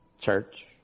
church